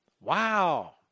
Wow